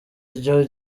iryo